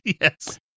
yes